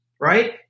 right